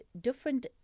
different